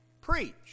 preach